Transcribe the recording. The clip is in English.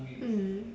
mm